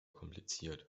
kompliziert